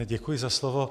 Děkuji za slovo.